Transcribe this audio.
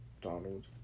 Donald